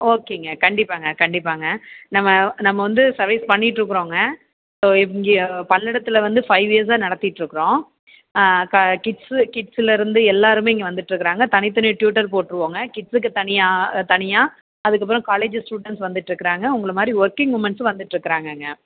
ஓகேங்க கண்டிப்பாகங்க கண்டிப்பாகங்க நம்ம நம்ம வந்து சர்வீஸ் பண்ணிட்டுருக்கறோங்க ஸோ இங்கேயா பல்லடத்தில் வந்து ஃபைவ் இயர்ஸாக நடத்திட்டுருக்கறோம் கா கிட்ஸு கிட்ஸுலருந்து எல்லாருமே இங்கே வந்துட்டுருக்கறாங்க தனி தனி ட்யூட்டர் போட்டுருவோங்க கிட்ஸுக்கு தனியாக தனியாக அதுக்கப்புறம் காலேஜு ஸ்டூடெண்ட்ஸ் வந்துட்டுருக்கறாங்க உங்களை மாதிரி ஒர்க்கிங் உமன்ஸும் வந்துட்டுருக்கறாங்கங்க